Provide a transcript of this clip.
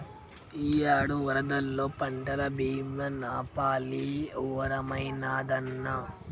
ఇయ్యేడు వరదల్లో పంటల బీమా నాపాలి వరమైనాదన్నా